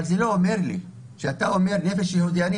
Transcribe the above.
אבל זה לא אומר לי כלום שאומרים "נפש יהודי הומייה".